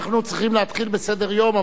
אנחנו צריכים להתחיל בסדר-היום,